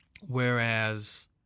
Whereas